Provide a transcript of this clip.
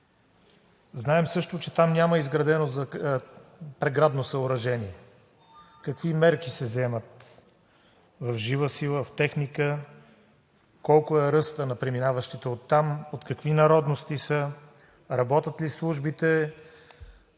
Знаем също, че там няма изградено преградно съоръжение. Какви мерки се вземат в жива сила, в техника, колко е ръстът на преминаващите оттам, от какви народности са, работят ли службите